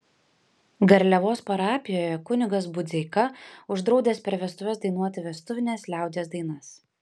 garliavos parapijoje kunigas budzeika uždraudęs per vestuves dainuoti vestuvines liaudies dainas